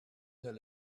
their